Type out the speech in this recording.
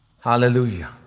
Hallelujah